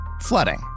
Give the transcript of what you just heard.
flooding